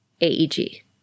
AEG